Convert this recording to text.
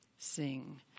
sing